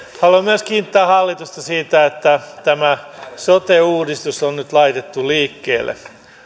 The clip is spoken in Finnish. haluan myös kiittää hallitusta siitä että tämä sote uudistus on nyt laitettu liikkeelle